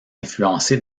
influencé